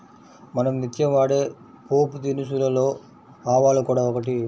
మనం నిత్యం వాడే పోపుదినుసులలో ఆవాలు కూడా ఒకటి